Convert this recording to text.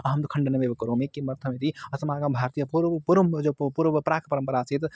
अहं तु खण्डनमेव करोमि किमर्थमिति अस्माकं भारतीय पूर्वं पूर्वं वो जो पू पूर्वं प्राक् परम्परा आसीत्